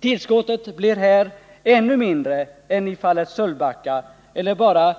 Tillskottet blir här ännu mindre än i fallet Sölvbacka eller bara